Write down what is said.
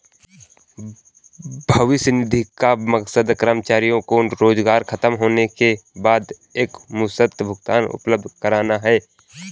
भविष्य निधि का मकसद कर्मचारियों को रोजगार ख़तम होने के बाद एकमुश्त भुगतान उपलब्ध कराना है